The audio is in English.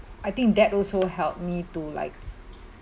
I think that also helped me to like